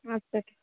আচ্ছা ঠিক